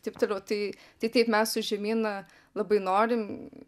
taip toliau tai tai taip mes su žemyna labai norim